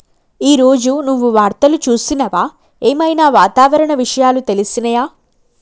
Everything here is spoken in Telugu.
ఈ రోజు నువ్వు వార్తలు చూసినవా? ఏం ఐనా వాతావరణ విషయాలు తెలిసినయా?